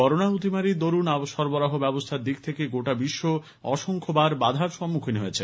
corona অতিমারীর দরুণ সরবরাহ ব্যবস্থার দিক থেকে গোটা বিশ্ব অসংখ্য বাধার সম্মুখীন হয়েছে